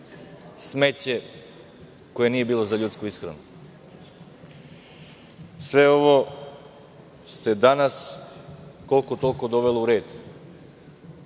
smeće koje nije bilo za ljudsku ishranu. Sve ovo se danas koliko-toliko dovelo u red.